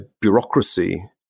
bureaucracy